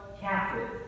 captive